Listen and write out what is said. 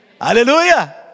Hallelujah